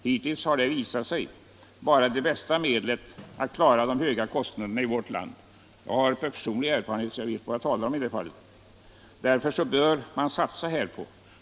Hitintills har det visat sig vara det bästa medlet att klara de höga kostnaderna i vårt land. Jag har personlig erfarenhet härav och vet följaktligen vad jag talar om i det fallet. Man bör således satsa på en sådan produktutveckling.